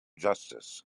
justice